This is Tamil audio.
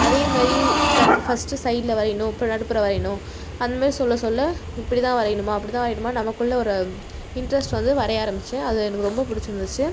அதே மாதிரி டக் ஃபஸ்ட்டு சைடில் வரையணும் அப்புறம் நடுப்புற வரையணும் அந்த மாதிரி சொல்ல சொல்ல இப்படி தான் வரையணுமா அப்படி தான் வரையணுமான்னு நமக்குள்ள ஒரு இண்ட்ரெஸ்ட் வந்து வரைய ஆரம்பிச்சேன் அது எனக்கு ரொம்ப பிடிச்சுருந்துச்சி